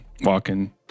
walking